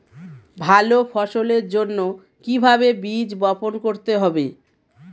ভালো ফসলের জন্য কিভাবে বীজ বপন করতে হবে?